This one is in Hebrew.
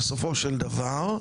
בסופו של דבר,